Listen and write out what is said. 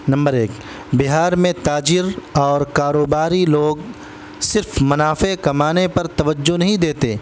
number ایک بہار میں تاجر اور کاروباری لوگ صرف منافع کمانے پر توجہ نہیں دیتے